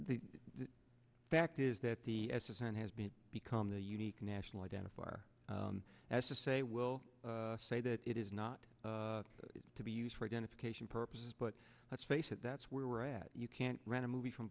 the fact is that the as is and has been become the unique national identifier as to say we'll say that it is not to be used for identification purposes but let's face it that's where we're at you can't rent a movie from